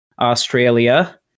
Australia